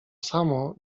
samo